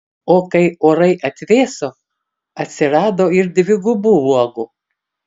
o kai orai atvėso atsirado ir dvigubų uogų